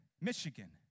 Michigan